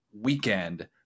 weekend